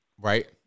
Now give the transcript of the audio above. Right